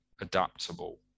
adaptable